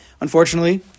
unfortunately